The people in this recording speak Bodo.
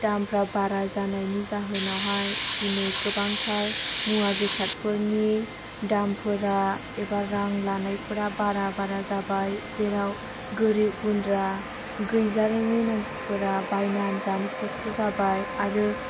दामफोरा बारा जानायनि जाहोनावहाय दिनै गोबांथार मुवा बेसादफोरनि दामफोरा एबा रां लानायफोरा बारा बारा जाबाय जेराव गोरिब गुन्द्रा गैजारोङि मानसिफोरा बायनानै जानो कस्थ' जाबाय आरो